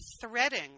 threading